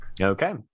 Okay